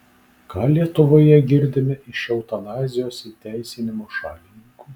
ką lietuvoje girdime iš eutanazijos įteisinimo šalininkų